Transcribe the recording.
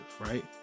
right